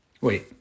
Wait